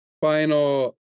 final